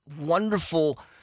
wonderful